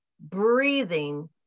breathing